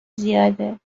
زیاده